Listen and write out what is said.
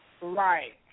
Right